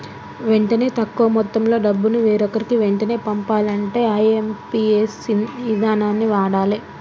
వెంటనే తక్కువ మొత్తంలో డబ్బును వేరొకరికి వెంటనే పంపాలంటే ఐ.ఎమ్.పి.ఎస్ ఇదానాన్ని వాడాలే